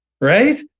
right